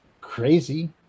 crazy